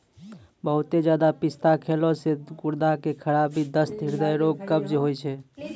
बहुते ज्यादा पिस्ता खैला से गुर्दा के खराबी, दस्त, हृदय रोग, कब्ज होय छै